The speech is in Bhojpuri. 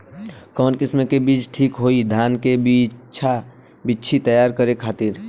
कवन किस्म के बीज ठीक होई धान के बिछी तैयार करे खातिर?